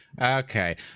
Okay